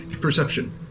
Perception